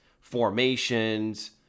formations